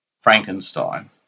frankenstein